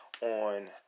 on